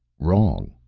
wrong,